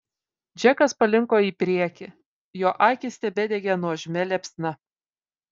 džekas palinko į priekį jo akys tebedegė nuožmia liepsna